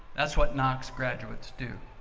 that's what knox graduates do.